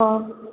हो